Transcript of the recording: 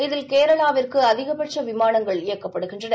இதில் கேரளாவிற்கு அதிகபட்ச விமானங்கள் இயக்கப்படுகின்றன